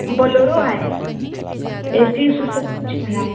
Bolero है A C उ सी सब कुछ लगा है